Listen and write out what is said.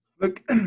Look